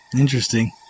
Interesting